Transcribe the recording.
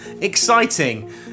exciting